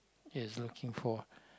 is looking for